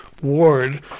ward